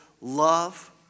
love